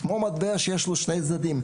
זה כמו מטבע שיש לו שני צדדים.